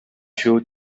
шүү